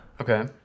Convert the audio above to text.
Okay